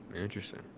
Interesting